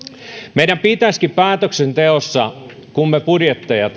meidän pitäisikin päätöksenteossa kun me budjetteja